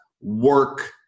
work